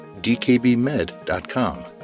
DKBMed.com